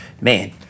man